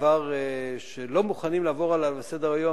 דבר שלא מוכנים לעבור עליו לסדר-היום,